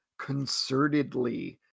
concertedly